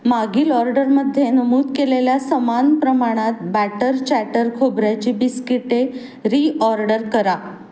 मागील ऑर्डरमध्ये नमूद केलेल्या समान प्रमाणात बॅटर चॅटर खोबऱ्याची बिस्किटे रीऑर्डर करा